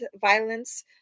violence